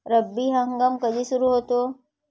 रब्बी हंगाम कधी सुरू होतो?